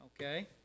okay